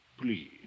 please